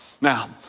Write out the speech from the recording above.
Now